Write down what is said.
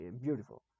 beautiful